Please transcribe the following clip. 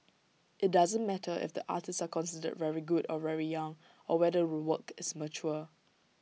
IT doesn't matter if the artists are considered very good or very young or whether the work is mature